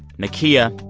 nikia,